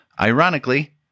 Ironically